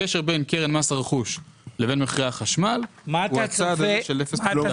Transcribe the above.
הקשר בין קרן מס הרכוש לבין מחירי החשמל הוא הצעד הזה של 0.4 מיליארד.